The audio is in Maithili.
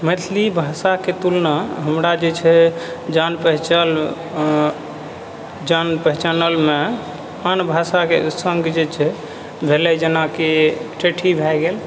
मैथिली भाषाके तुलना हमरा जे छै जान पहिचान जान पहिचानलमे आन भाषाके सङ्ग जे छै भेलै जेनाकि ठेठी भए गेल